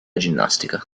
ginnastica